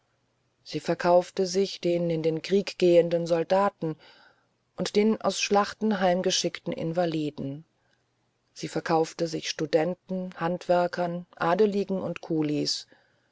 sie verkaufte sich den in den krieg gehenden soldaten und den aus schlachten heimgeschickten invaliden sie verkaufte sich studenten handwerkern adeligen und kulis